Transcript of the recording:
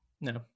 No